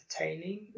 Entertaining